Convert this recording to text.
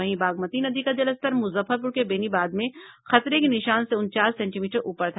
वहीं बागमती नदी का जलस्तर मुजफ्फरपुर के बेनीबाद में खतरे के निशान से उनचास सेंटीमीटर ऊपर था